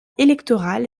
électorale